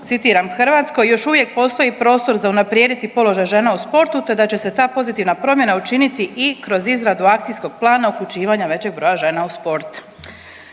citiram, Hrvatskoj još uvijek postoji prostor za unaprijediti položaj žena u sportu, te da će se ta pozitivna promjena učiniti i kroz izradu akcijskog plana uključivanja većeg broja žena u sport.